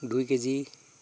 দুই কেজি